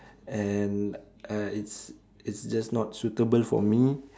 and uh it's it's just not suitable for me